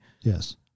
Yes